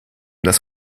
das